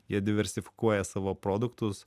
jie diversifikuoja savo produktus